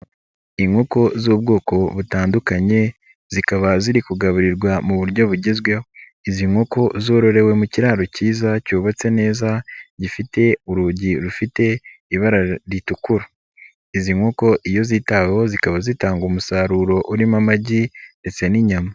Inkoko z'ubwoko butandukanye zikaba ziri kugaburirwa mu buryo bugezweho, izi nkoko zororewe mu kiraro kiza cyubatse neza gifite urugi rufite ibara ritukura, izi nkoko iyo zitaweho zikaba zitanga umusaruro urimo amagi ndetse n'inyama.